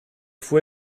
fue